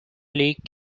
league